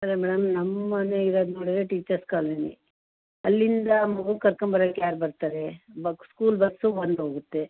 ಅಲ್ಲ ಮೇಡಮ್ ನಮ್ಮ ಮನೆ ಇರದು ನೋಡಿದ್ರೆ ಟೀಚರ್ಸ್ ಕಾಲೋನಿ ಅಲ್ಲಿಂದ ಮಗನ್ನ ಕರ್ಕಂಬರಕ್ಕೆ ಯಾರು ಬರ್ತಾರೆ ಬ ಸ್ಕೂಲ್ ಬಸ್ಸು ಬಂದು ಹೋಗುತ್ತೆ